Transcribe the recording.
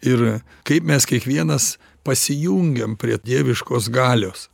ir kaip mes kiekvienas pasijungiam prie dieviškos galios